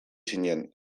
zinen